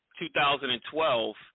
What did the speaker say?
2012